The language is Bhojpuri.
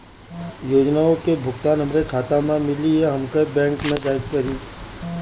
योजनाओ का भुगतान हमरे खाता में मिली या हमके बैंक जाये के पड़ी?